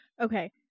Okay